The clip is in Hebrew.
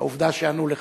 העובדה שענו לך.